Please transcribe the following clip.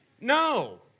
No